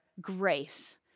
grace